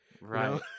Right